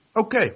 Okay